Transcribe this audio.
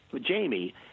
Jamie